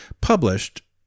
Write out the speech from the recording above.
published